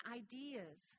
ideas